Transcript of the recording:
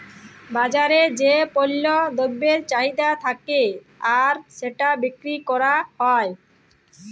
বাজারে যেই পল্য দ্রব্যের চাহিদা থাক্যে আর সেটা বিক্রি ক্যরা হ্যয়